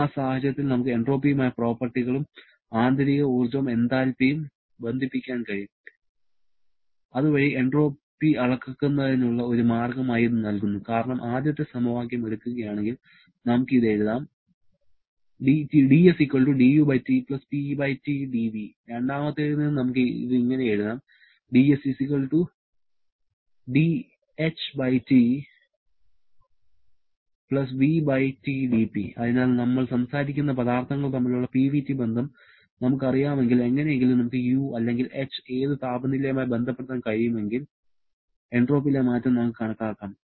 ആ സാഹചര്യത്തിൽ നമുക്ക് എൻട്രോപ്പിയുമായി പ്രോപ്പർട്ടികളും ആന്തരിക ഊർജ്ജവും എന്തൽപിയും ബന്ധിപ്പിക്കാൻ കഴിയും അതുവഴി എൻട്രോപ്പി അളക്കുന്നതിനുള്ള ഒരു മാർഗ്ഗമായി ഇത് നൽകുന്നു കാരണം ആദ്യത്തെ സമവാക്യം എടുക്കുകയാണെങ്കിൽ നമുക്ക് ഇത് എഴുതാം രണ്ടാമത്തേതിൽ നിന്ന് നമുക്ക് ഇത് ഇങ്ങനെ എഴുതാം അതിനാൽ നമ്മൾ സംസാരിക്കുന്ന പദാർത്ഥങ്ങൾ തമ്മിലുള്ള PVT ബന്ധം നമുക്കറിയാമെങ്കിൽ എങ്ങനെയെങ്കിലും നമുക്ക് u അല്ലെങ്കിൽ h ഏത് താപനിലയുമായി ബന്ധപ്പെടുത്താൻ കഴിയുമെങ്കിൽ എൻട്രോപ്പിയിലെ മാറ്റം നമുക്ക് കണക്കാക്കാം